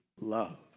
love